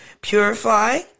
Purify